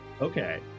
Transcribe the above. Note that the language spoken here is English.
Okay